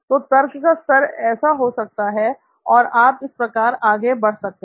तो तर्क का स्तर ऐसा हो सकता है और आप इस प्रकार आगे बढ़ सकते हैं